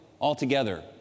altogether